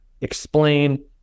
explain